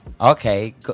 Okay